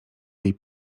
jej